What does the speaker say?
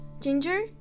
ginger